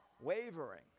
Wavering